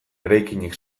eraikinik